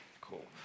Cool